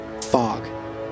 fog